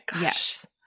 Yes